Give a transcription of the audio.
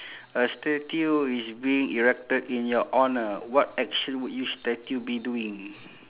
a statue is being erected in your honour what action would your statue be doing